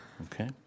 Okay